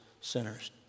sinners